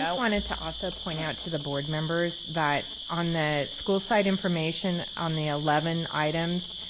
yeah wanted to also point out to the board members that on the school site information on the eleven items,